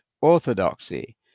orthodoxy